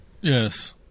Yes